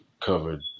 covered